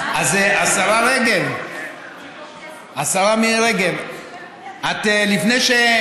השרה רגב, השרה מירי רגב, לפני,